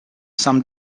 some